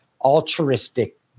altruistic